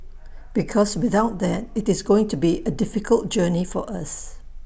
because without that IT is going to be A difficult journey for us